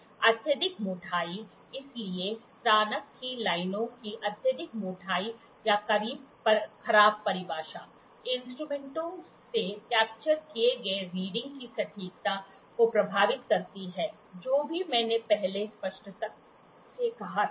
अत्यधिक मोटाई इसलिए स्नातक की लाइनों की अत्यधिक मोटाई या खराब परिभाषा इंस्ट्रूमेंटों से कैप्चर किए गए रीडिंग की सटीकता को प्रभावित करती है जो भी मैंने पहले स्पष्टता से कहा था